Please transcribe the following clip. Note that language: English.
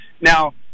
Now